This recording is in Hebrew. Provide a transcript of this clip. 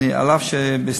אף שאני חושב,